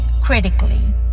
critically